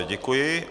Děkuji.